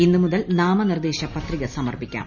ഇന്നു മുതൽ നാമനിർദ്ദേശ പത്രിക സമർപ്പിക്കാം